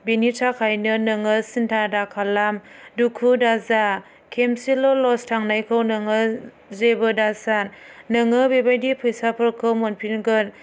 बेनि थाखायनो नोङो सिन्था दाखालाम दुखु दाजा खेमसेल' लस थांनायखौ नोङो जेबो दासान नोङो बेबायदि फैसाफोरखौ मोनफिनगोन